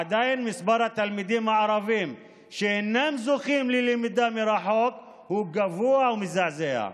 עדיין מספר התלמידים הערבים שאינם זוכים ללמידה מרחוק הוא גבוה ומזעזע.